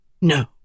No